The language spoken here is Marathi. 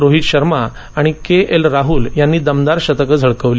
रोहित शर्मा आणि के एल राहुल यांनी दमदार शतकं झळकावली